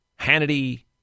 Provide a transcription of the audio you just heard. Hannity